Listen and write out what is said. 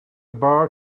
bar